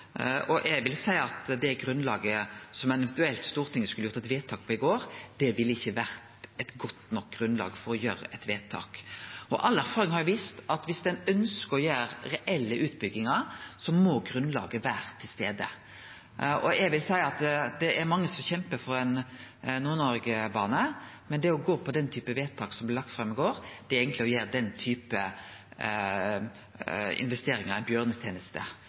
Eg vil seie at det grunnlaget som Stortinget eventuelt skulle gjort eit vedtak på i går, ikkje ville vore eit godt nok grunnlag for å gjere eit vedtak. All erfaring har jo vist at om ein ønskjer å gjere reelle utbyggingar, må grunnlaget vere til stades. Det er mange som kjempar for ein Nord-Noreg-bane, men det å gå for den typen vedtak som blei lagt fram i går, er eigentleg å gjere den typen investeringar ei bjørneteneste,